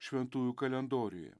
šventųjų kalendoriuje